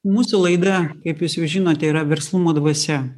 mūsų laida kaip jūs jau žinote yra verslumo dvasia